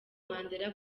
mandela